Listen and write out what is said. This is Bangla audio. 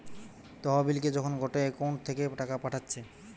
তহবিলকে যখন গটে একউন্ট থাকে পাঠাচ্ছে